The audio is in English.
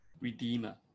redeemer